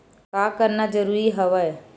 का करना जरूरी हवय?